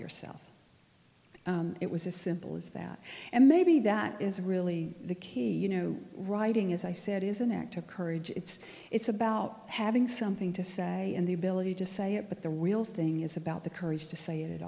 yourself it was as simple as that and maybe that is really the key you know writing as i said is an act of courage it's it's about having something to say and the ability to say it but the real thing is about the courage to say it a